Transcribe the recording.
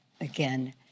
Again